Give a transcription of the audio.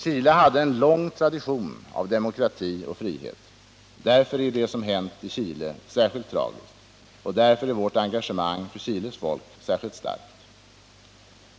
Chile hade en lång tradition av demokrati och frihet. Därför är det som hänt i Chile särskilt tragiskt, och därför är vårt engagemang för Chiles folk särskilt starkt.